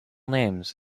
names